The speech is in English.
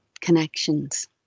connections